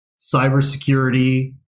cybersecurity